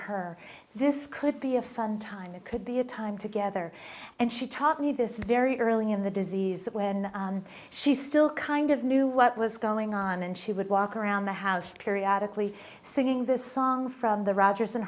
her this could be a fun time it could be a time together and she taught me this very early in the disease that when she still kind of knew what was going on and she would walk around the house periodic lee singing this song from the rodgers and